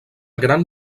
gran